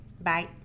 Bye